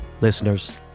listeners